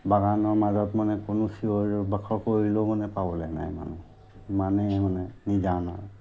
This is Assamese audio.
বাগানৰ মাজত মানে কোনো চিঞৰি বাখৰ কৰিলেও মানে পাবলৈ নাই মানুহ ইমানেই মানে নিজান আৰু